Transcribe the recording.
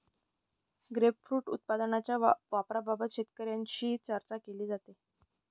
grapefruit उत्पादनाच्या वापराबाबत शेतकऱ्यांशी चर्चा केली